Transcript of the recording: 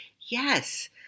Yes